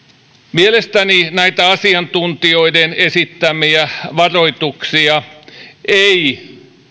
mielestäni näitä asiantuntijoiden esittämiä varoituksia ei